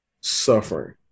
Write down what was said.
suffering